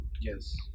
Yes